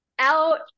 Out